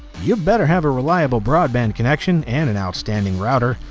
you'd better have a reliable broadband connection and an outstanding router,